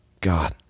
God